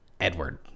Edward